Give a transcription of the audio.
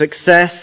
success